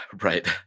Right